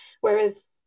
Whereas